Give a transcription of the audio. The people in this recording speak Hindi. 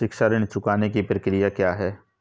शिक्षा ऋण चुकाने की प्रक्रिया क्या है?